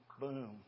boom